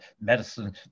medicine